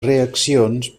reaccions